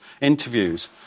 interviews